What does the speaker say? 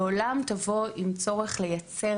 לעולם תבוא עם צורך לייצר